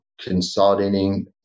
consolidating